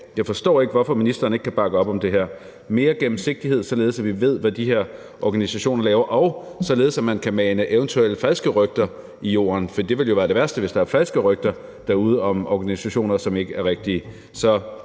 de mange danskere ro i sindet i forhold til at få mere gennemsigtighed, således at vi ved, hvad de her organisationer laver, og således at man kan mane eventuelle falske rygter i jorden. For det værste ville jo være, hvis der var falske rygter derude om organisationer, altså historier, som ikke er rigtige.